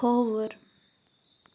کھۅوُر